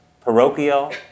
parochial